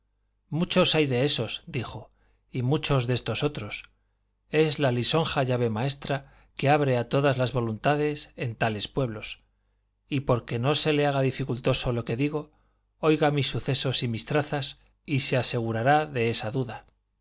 muchos hay de esos dijo y muchos de estos otros es la lisonja llave maestra que abre a todas voluntades en tales pueblos y porque no se le haga dificultoso lo que digo oiga mis sucesos y mis trazas y se asegurará de esa duda